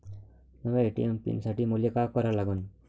नव्या ATM pin साठी मले का करा लागन?